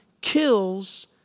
kills